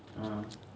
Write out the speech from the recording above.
(uh huh)